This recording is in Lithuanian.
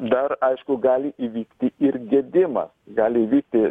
dar aišku gali įvykti ir gedimas gali įvykti